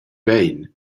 bein